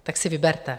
Tak si vyberte.